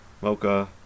Mocha